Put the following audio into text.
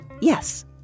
Yes